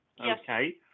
okay